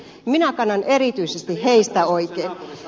minä kannan erityisesti heistä oikein